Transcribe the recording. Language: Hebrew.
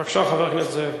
בבקשה, חבר הכנסת זאב.